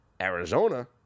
Arizona